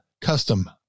custom